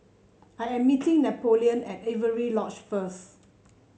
I am meeting Napoleon at Avery Lodge first